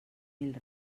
mil